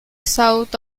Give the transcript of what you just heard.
south